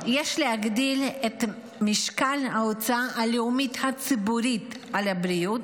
יש להגדיל את משקל ההוצאה הלאומית הציבורית על הבריאות